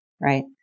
Right